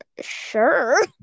sure